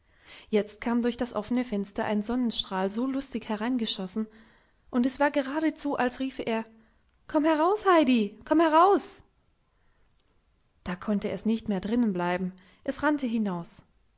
jetzt kam durch das offene fenster ein sonnenstrahl so lustig hereingeschossen und es war geradezu als riefe er komm heraus heidi komm heraus da konnte es nicht mehr drinnen bleiben es rannte hinaus